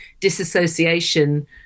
disassociation